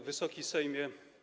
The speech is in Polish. Wysoki Sejmie!